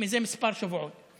זה שבועות מספר.